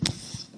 אדוני היושב-ראש,